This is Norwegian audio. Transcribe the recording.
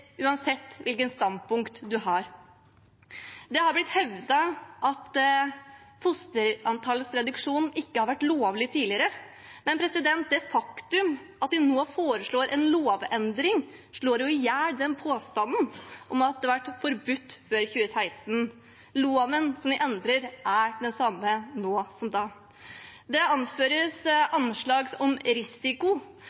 uansett hvilket standpunkt man har. Det har blitt hevdet at fosterantallsreduksjon ikke har vært lovlig tidligere, men det faktum at de nå foreslår en lovendring, slår jo i hjel påstanden om at det var forbudt før 2016. Loven som vi endrer, er den samme nå som da. Det anføres